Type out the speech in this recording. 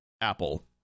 apple